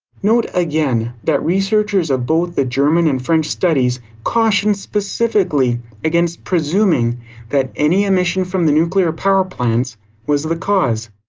note again, that researchers of both the german and french studies caution specifically against presuming that any emission from the nuclear power plants was the cause.